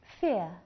fear